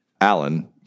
Alan